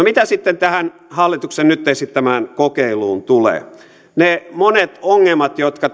mitä sitten tähän hallituksen nyt esittämään kokeiluun tulee ne monet ongelmat jotka